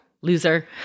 loser